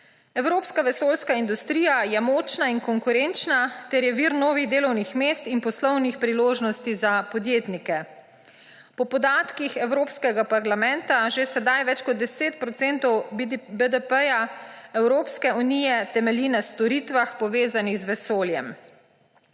Evropska vesoljska industrija je močna in konkurenčna ter je vir novih delovnih mest in poslovnih priložnosti za podjetnike. Po podatkih Evropskega parlamenta že zdaj več kot 10 procentov BDP Evropske unije temelji na storitvah, povezanih z vesoljem.